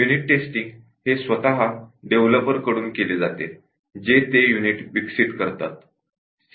unit testing हे स्वतः डेव्हलपरकडून केले जाते जे ते युनिट विकसित करतात